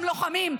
הם לוחמים.